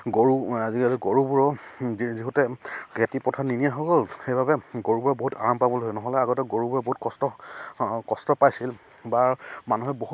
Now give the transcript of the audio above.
গৰু আজিকালি গৰুবোৰো যিহেতু খেতি পথাৰত নিনিয়া হৈ গ'ল সেইবাবে গৰুবোৰে বহুত আৰাম পাবলৈ ধৰিলে নহ'লে আগতে গৰুবোৰে বহুত কষ্ট কষ্ট পাইছিল বা মানুহে বহুত